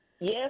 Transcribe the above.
Yes